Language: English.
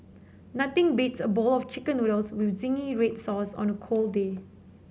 nothing beats a bowl of chicken noodles with zingy red sauce on a cold day